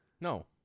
No